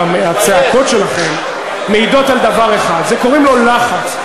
הצעקות שלכם מעידות על דבר אחד, קוראים לו לחץ.